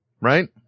right